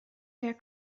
der